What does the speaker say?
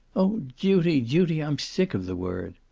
oh, duty, duty! i'm sick of the word.